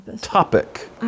topic